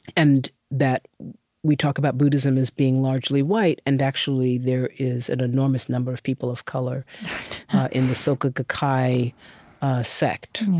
and that we talk about buddhism as being largely white and actually, there is an enormous number of people of color in the soka gakkai sect.